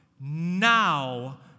now